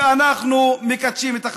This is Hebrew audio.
כי אנחנו מקדשים את החיים.